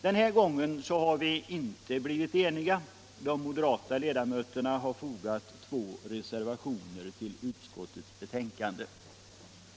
Den här gången har vi inte blivit eniga. De moderata ledamöterna har fogat två reservationer till utskottets betänkande.